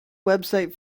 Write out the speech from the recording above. website